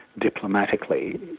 diplomatically